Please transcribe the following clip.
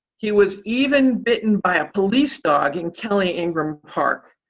he was even bitten by a police dog in kelly ingram park.